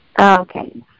Okay